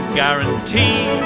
guarantee